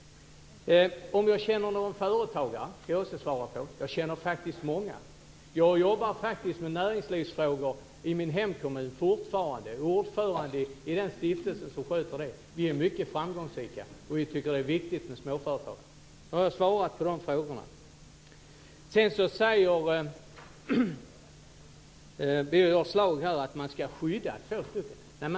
Jag ska också svara på frågan om jag känner någon företagare. Jag känner faktiskt många. Jag jobbar faktiskt fortfarande med näringslivsfrågor i min hemkommun. Jag är ordförande i den stiftelse som sköter det. Vi är mycket framgångsrika. Vi tycker att det är viktigt med småföretagande. Nu har jag svarat på de frågorna. Sedan säger Birger Schlaug att man ska skydda två personer.